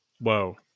Whoa